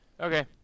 Okay